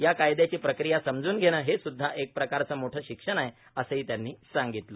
या कायदयाची प्रक्रिया समजून घेणे हे सुदधा एकप्रकारचे मोठे शिक्षण आहे असेही त्यांनी सांगितले